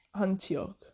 Antioch